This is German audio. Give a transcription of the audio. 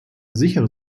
sichere